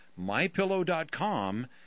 MyPillow.com